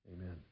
Amen